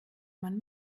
man